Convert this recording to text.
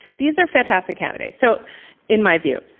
these are fantastic candidates. so in my view,